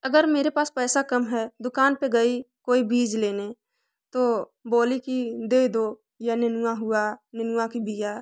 अगर मेरे पास पैसा कम है दुकान पे गई कोई बीज लेने तो बोली की दे दो या नेनुआ हुआ नेनुआ कि बिया